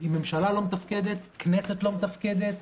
עם ממשלה לא מתפקדת, כנסת לא מתפקדת,